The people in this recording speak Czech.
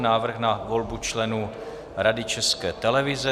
Návrh na volbu členů Rady České televize